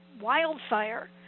wildfire